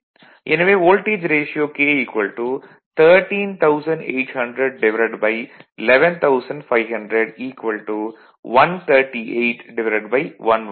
எனவே voltage ratio K 13800 11500 138 115